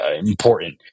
important